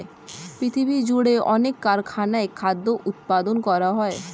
পৃথিবীজুড়ে অনেক কারখানায় খাদ্য উৎপাদন করা হয়